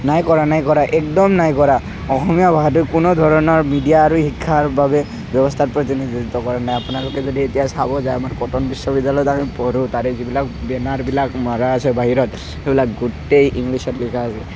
নাই কৰা নাই কৰা একদম নাই কৰা অসমীয়া ভাষাটো কোনো ধৰণৰ মিডিয়া আৰু শিক্ষাৰ বাবে ব্যৱস্থাত প্ৰতিনিধিত্ব কৰা নাই আপোনালোকে যদি এতিয়া চাব যায় আমাৰ কটন বিশ্ববিদ্যালয়ত আমি পঢ়ো তাৰে যিবিলাক বেনাৰ বিলাক মাৰা আছে বাহিৰত সেইবিলাক গোটেই এই ইংলিছত লিখা আছে